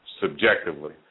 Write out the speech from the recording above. subjectively